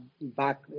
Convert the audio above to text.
back